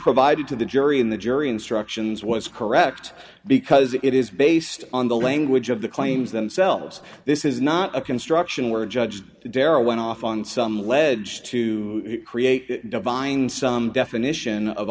provided to the jury in the jury instructions was correct because it is based on the language of the claims themselves this is not a construction word judge dare went off on some ledge to create find some definition of